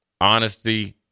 honesty